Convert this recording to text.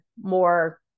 more